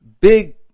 big